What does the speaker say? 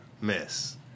miss